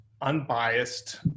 unbiased